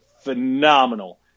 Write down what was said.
phenomenal